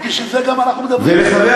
בשביל זה גם אנחנו מדברים, חבר